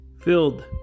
filled